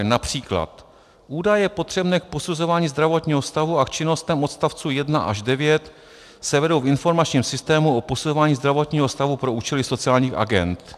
Například: Údaje potřebné k posuzování zdravotního stavu a k činnostem odstavců 1 až 9 se vedou v informačním systému o posuzování zdravotního stavu pro účely sociálních agend.